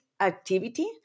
activity